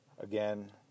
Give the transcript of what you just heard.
Again